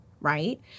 right